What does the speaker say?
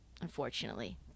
unfortunately